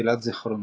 משתילת זיכרונות.